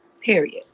period